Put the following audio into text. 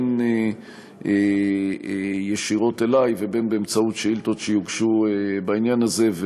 בין ישירות אלי ובין באמצעות שאילתות שיוגשו בעניין הזה,